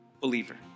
Believer